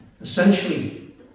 essentially